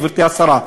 גברתי השרה,